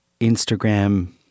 Instagram